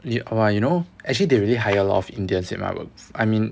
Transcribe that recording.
the !wah! you know actually they really hire a lot of indians in my work I mean